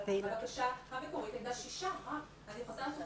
אבל הבקשה המקורית הייתה לשישה ילדים.